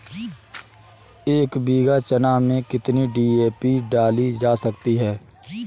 एक बीघा चना में कितनी डी.ए.पी डाली जा सकती है?